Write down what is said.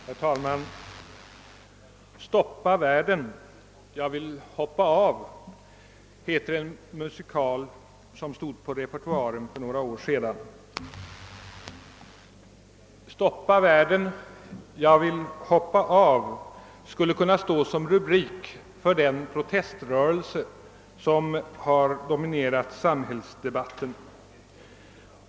Herr talman! »Stoppa världen — jag vill stiga av» heter en musical som stod på repertoaren för några år sedan. Och »Stoppa världen — jag vill stiga av» skulle kunna stå som rubrik för den proteströrelse som har dominerat samhällsdebatten.